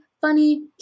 funny